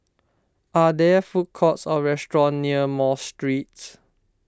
are there food courts or restaurants near Mosque Street